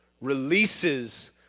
releases